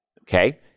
Okay